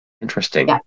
Interesting